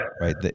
right